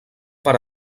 per